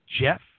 jeff